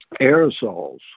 aerosols